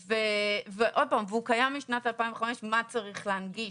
והוא קיים משנת 2005 מה צריך להנגיש.